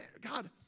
God